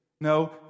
No